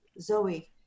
Zoe